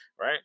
right